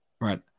right